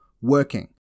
working